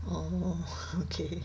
orh okay